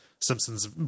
Simpsons